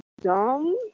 dumb